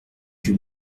que